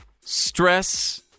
stress